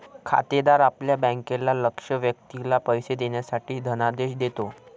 खातेदार आपल्या बँकेला लक्ष्य व्यक्तीला पैसे देण्यासाठी धनादेश देतो